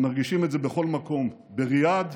הם מרגישים את זה בכל מקום, בריאד,